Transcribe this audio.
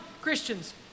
Christians